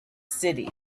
cities